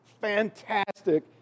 Fantastic